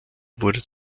wurde